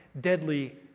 deadly